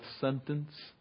sentence